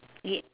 yeah